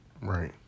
Right